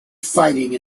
fighting